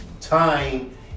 time